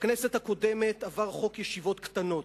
בכנסת הקודמת עבר חוק ישיבות קטנות,